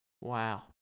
Wow